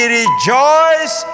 rejoice